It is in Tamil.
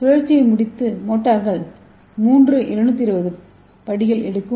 ஒரு சுழற்சியை முடிக்க மோட்டார் மூன்று 120 ° படிகள் எடுக்கும்